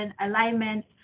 alignment